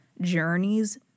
journeys